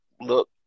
look